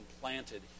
planted